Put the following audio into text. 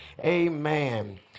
Amen